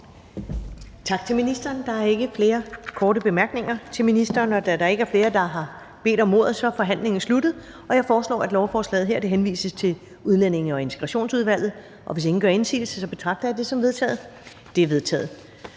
Tak til ministeren. Der er ikke flere korte bemærkninger til ministeren. Da der ikke er flere, der har bedt om ordet, er forhandlingen sluttet. Jeg foreslår, at lovforslaget henvises til Udlændinge- og Integrationsudvalget. Hvis ingen gør indsigelse, betragter jeg det som vedtaget. Det er vedtaget.